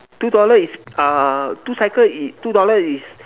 two dollar is uh two cycle it two dollar is